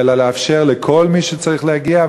אלא לאפשר לכל מי שצריך להגיע,